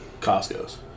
Costco's